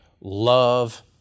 love